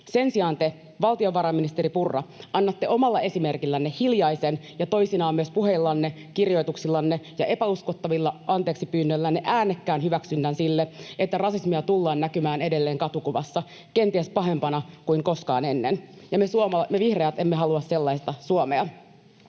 Sen sijaan te, valtiovarainministeri Purra, annatte esimerkillänne hiljaisen ja toisinaan puheillanne, kirjoituksillanne ja epäuskottavilla anteeksipyynnöillänne myös äänekkään hyväksynnän sille, että rasismia tullaan näkemään edelleen katukuvassa, kenties pahempana kuin koskaan ennen. Ja me vihreät emme halua sellaista Suomea.